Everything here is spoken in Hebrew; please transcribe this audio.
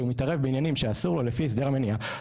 מתערב בעניינים שאסור לו לפי הסדר המניעה,